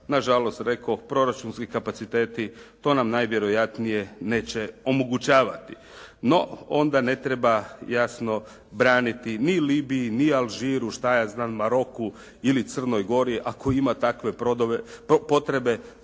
na žalost rekoh proračunski kapaciteti to nam najvjerojatnije neće omogućavati. No, onda ne treba jasno braniti ni Libiji, ni Alžiru, šta ja znam Maroku ili Crnoj Gori ako ima takve potrebe